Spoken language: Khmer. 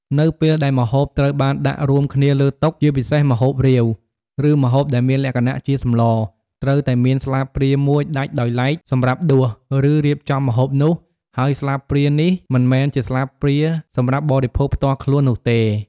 នៅពេលដែលម្ហូបត្រូវបានដាក់រួមគ្នាលើតុ ជាពិសេសម្ហូបរាវ ឬម្ហូបដែលមានលក្ខណៈជាសម្លរ ត្រូវតែមានស្លាបព្រាមួយដាច់ដោយឡែកសម្រាប់ដួស ឬរៀបចំម្ហូបនោះ ហើយស្លាបព្រានេះមិនមែនជាស្លាបព្រាសម្រាប់បរិភោគផ្ទាល់ខ្លួននោះទេ។